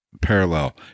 parallel